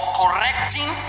correcting